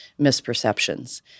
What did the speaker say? misperceptions